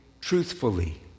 truthfully